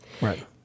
Right